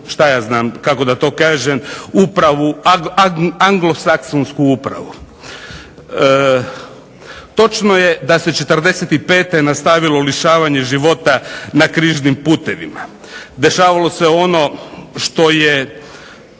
ex-Jugoslavije u ondašnju anglosaksonsku upravu. Točno je da se 45. nastavilo lišavanje života na križnim putevima, nastavilo se ono što je